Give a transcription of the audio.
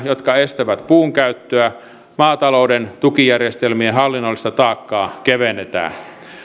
jotka estävät puun käyttöä maatalouden tukijärjestelmien hallinnollista taakkaa kevennetään